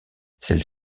celle